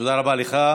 תודה רבה לך.